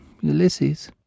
Ulysses